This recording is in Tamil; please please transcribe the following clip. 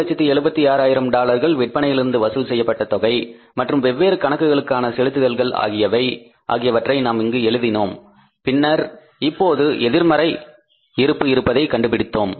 376000 டாலர்கள் விற்பனையிலிருந்து வசூல் செய்யப்பட்ட தொகை மற்றும் வெவ்வேறு கணக்குகளுக்கான செலுத்துதல்கள் ஆகியவற்றை நாம் இங்கு எழுதினோம் பின்னர் இப்போது எதிர்மறை இருப்பு இருப்பதைக் கண்டுபிடித்தோம்